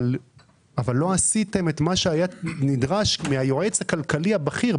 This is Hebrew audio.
אבל לא עשיתם את מה שהיה נדרש מהיועץ הכלכלי הבכיר.